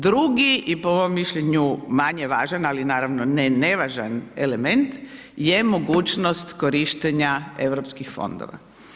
Drugi i po mom mišljenju manje važan ali naravno ne nevažan element je mogućnost korištenja europskih fondova.